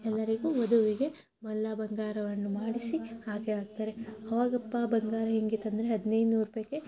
ಎಲ್ಲರಿಗೂ ವಧುವಿಗೆ ಬಂಗಾರವನ್ನು ಮಾಡಿಸಿ ಹಾಕೇ ಹಾಕ್ತಾರೆ ಅವಾಗಪ್ಪ ಬಂಗಾರ ಹೆಂಗಿತ್ತು ಅಂದರೆ ಹದಿನೈದು ನೂರು ರೂಪಾಯ್ಗೆ